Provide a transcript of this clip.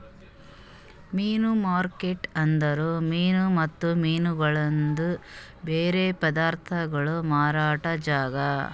ಮೀನು ಮಾರುಕಟ್ಟೆ ಅಂದುರ್ ಮೀನು ಮತ್ತ ಮೀನಗೊಳ್ದು ಬೇರೆ ಪದಾರ್ಥಗೋಳ್ ಮಾರಾದ್ ಜಾಗ